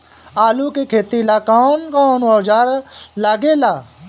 आलू के खेती ला कौन कौन औजार लागे ला?